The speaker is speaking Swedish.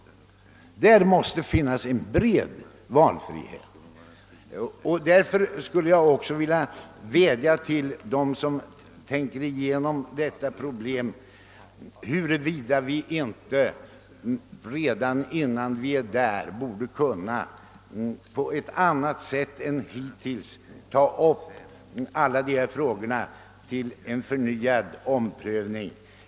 Där måste finnas största möjliga valfrihet. Därför skulle jag också vilja vädja till dem som tänker igenom detta problem att överväga, huruvida vi inte redan innan vi är där på ett annat sätt än hittills borde kunna ta upp alla dessa frågor till en förnyad prövning.